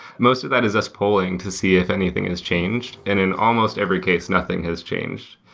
most of that is us polling to see if anything has changed, and in almost every case nothing has changed.